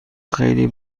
خیلی